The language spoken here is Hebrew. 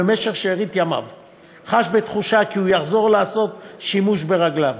ובמשך שארית חייו חי בתחושה כי הוא יחזור לעשות שימוש ברגליו.